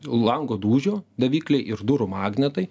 lango dūžio davikliai ir durų magnetai